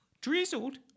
drizzled